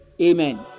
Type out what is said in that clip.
Amen